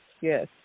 Yes